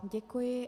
Děkuji.